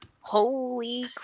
Holy